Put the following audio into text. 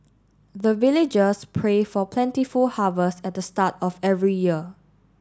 the villagers pray for plentiful harvest at the start of every year